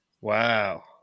Wow